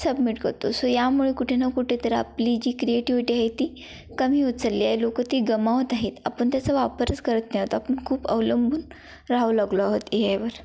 submit करतो so यामुळे कुठे ना कुठे तर आपली जी क्रिएटिव्हिटी आहे ती कमी होत चलली आहे लोकं ती गमावत आहेत आपण त्याचा वापरच करत नाही आहोत आपण खूप अवलंबून राहू लागलो आहोत ए आयवर